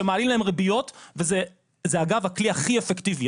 שמעלים להם ריביות וזה אגב הכלי הכי אפקטיבי,